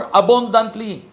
abundantly